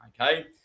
okay